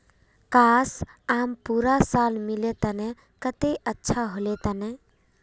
काश, आम पूरा साल मिल तने कत्ते अच्छा होल तने